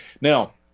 Now